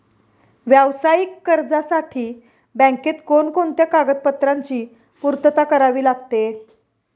व्यावसायिक कर्जासाठी बँकेत कोणकोणत्या कागदपत्रांची पूर्तता करावी लागते?